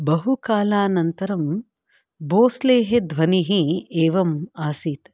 बहु कालानन्तरं भोस्लेः ध्वनिः एवम् आसीत्